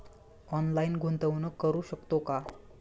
Online गुंतवणूक करू शकतो का?